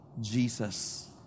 Jesus